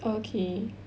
okay